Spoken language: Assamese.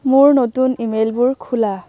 মোৰ নতুন ই মেইলবোৰ খোলা